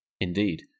Indeed